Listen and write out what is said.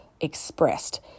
expressed